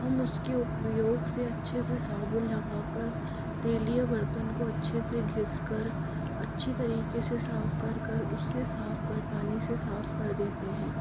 हम उसके उपयोग से अच्छे से साबुन लगा कर तैलीय बर्तन को अच्छे से घीस कर अच्छी तरीके से साफ कर कर उसे साफ कर पानी से साफ कर देते हैं